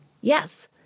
Yes